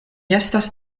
estas